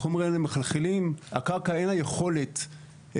החומרים האלה מחלחלים, הקרקע אין לה יכולת לצבור